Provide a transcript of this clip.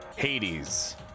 Hades